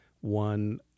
one